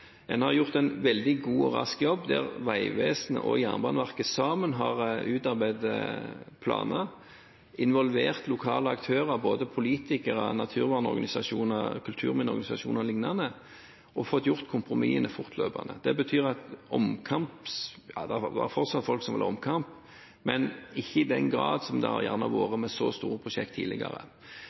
En har gjort en veldig god og rask jobb der Vegvesenet og Jernbaneverket sammen har utarbeidet planer, involvert lokale aktører – både politikere, naturvernorganisasjoner, kulturminneorganisasjoner og lignende – og fått gjort kompromissene fortløpende. Det finnes fortsatt folk som vil ha omkamp, men ikke i den grad som det gjerne har vært i så store prosjekter tidligere.